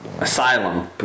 asylum